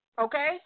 Okay